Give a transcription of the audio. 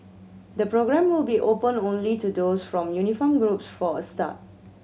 the programme will be open only to those from uniformed groups for a start